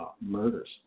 murders